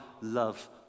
love